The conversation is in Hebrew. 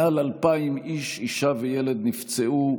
מעל 2,000 איש, אישה וילד נפצעו.